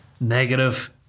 negative